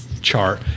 chart